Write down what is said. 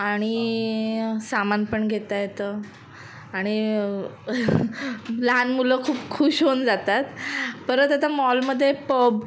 आणि सामान पण घेता येतं आणि लहान मुलं खूप खुश होऊन जातात परत आता मॉलमध्ये पब